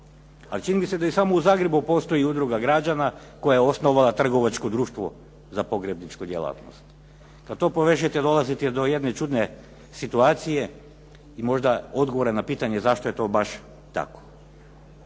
Pa čini mi se da samo u Zagrebu postoji udruga građana koja je osnovala trgovačko društvo za pogrebničku djelatnost. Kada povežete dolazite do jedne čudne situacije i možda odgovore na pitanje zašto je to baš tako.